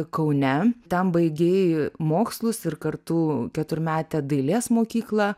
kaune ten baigei mokslus ir kartu keturmetę dailės mokyklą